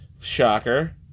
Shocker